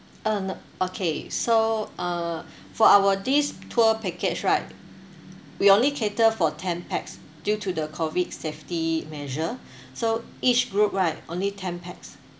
uh n~ okay so uh for our this tour package right we only cater for ten pax due to the COVID safety measure so each group right only ten pax